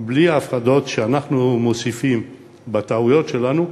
בלי ההפרדות שאנחנו מוסיפים בטעויות שלנו,